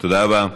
תודה רבה.